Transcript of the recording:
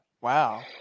Wow